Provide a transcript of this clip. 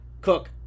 Cook